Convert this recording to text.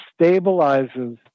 stabilizes